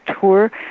tour